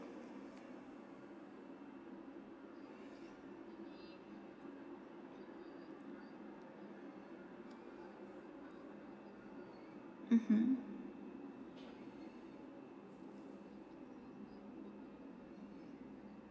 mmhmm